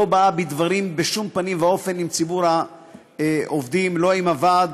היא לא באה בדברים בשום פנים ואופן עם ציבור העובדים ולא עם הוועד,